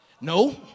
No